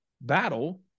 battle